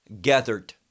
gathered